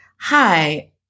hi